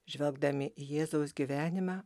žvelgdami į jėzaus gyvenimą